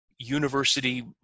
university